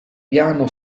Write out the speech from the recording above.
piano